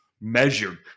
measured